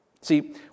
See